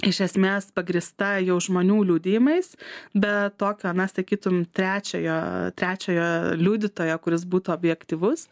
iš esmės pagrįsta jau žmonių liudijimais bet tokio na sakytum trečiojo trečiojo liudytojo kuris būtų objektyvus